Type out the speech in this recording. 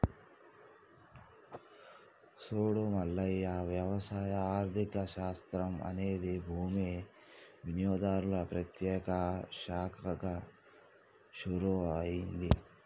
సూడు మల్లయ్య వ్యవసాయ ఆర్థిక శాస్త్రం అనేది భూమి వినియోగంలో ప్రత్యేక శాఖగా షురూ అయింది